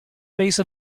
phase